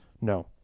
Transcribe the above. No